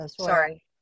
Sorry